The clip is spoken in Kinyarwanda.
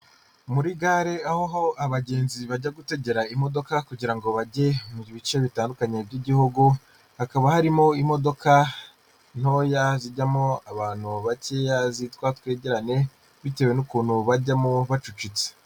Muri gare aho abagenzi bajya gutegera imodoka kugira ngo bajye mu bice bitandukanye by'igihugu, hakaba harimo imodoka ntoya zijyamo abantu bakeya zitwa twegerane bitewe n'ukuntu bajyamo bacucitse.